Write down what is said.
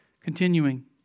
continuing